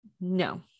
no